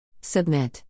submit